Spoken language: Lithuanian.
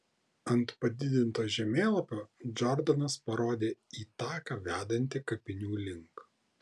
ant padidinto žemėlapio džordanas parodė į taką vedantį kapinių link